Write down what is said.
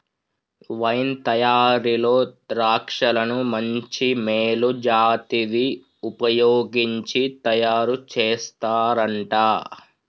wine తయారీలో ద్రాక్షలను మంచి మేలు జాతివి వుపయోగించి తయారు చేస్తారంట